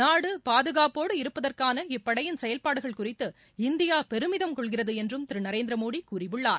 நாடு பாதுகாப்போடு இருப்பதற்கான இப்படையிள் செயல்பாடுகள் குறித்து இந்தியா பெருமிதம் கொள்கிறது என்றும் திரு நரேந்திரமோடி கூறியுள்ளார்